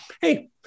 hey